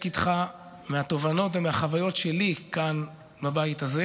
איתך מהתובנות ומהחוויות שלי כאן בבית הזה,